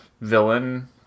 villain